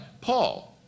Paul